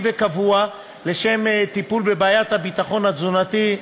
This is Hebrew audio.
וקבוע לשם טיפול בבעיית הביטחון התזונתי,